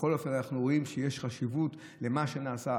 בכל אופן אנחנו רואים שיש חשיבות למה שנעשה,